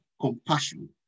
compassion